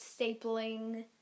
stapling